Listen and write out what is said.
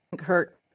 hurt